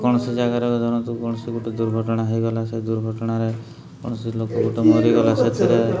କୌଣସି ଜାଗାରେ ଧରନ୍ତୁ କୌଣସି ଗୋଟେ ଦୁର୍ଘଟଣା ହେଇଗଲା ସେ ଦୁର୍ଘଟଣାରେ କୌଣସି ଲୋକ ଗୋଟେ ମରିଗଲା ସେଥିରେ